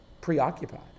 Preoccupied